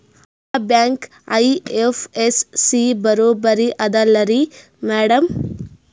ಆ bank IFSC ಬರೊಬರಿ ಅದಲಾರಿ ಮ್ಯಾಡಂ?